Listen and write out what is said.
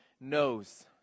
knows